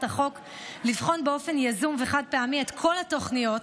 החוק לבחון באופן יזום וחד-פעמי את כל התוכניות,